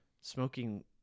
smoking